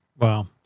Wow